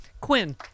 Quinn